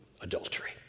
adultery